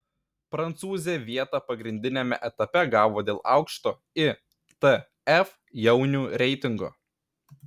prancūzė vietą pagrindiniame etape gavo dėl aukšto itf jaunių reitingo